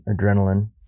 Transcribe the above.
adrenaline